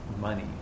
money